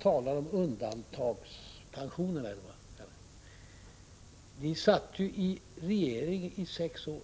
talar om undantagandepensioner. Men ni satt ju i regering i sex år.